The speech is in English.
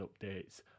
updates